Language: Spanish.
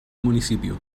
municipio